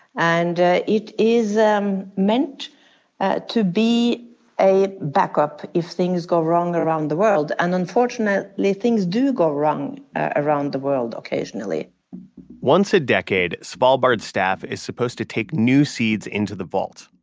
and it is meant ah to be a backup if things go wrong around the world. and unfortunately, like things do go wrong around the world occasionally once a decade, svalbard's staff is supposed to take new seeds into the vault.